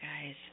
guys